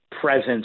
presence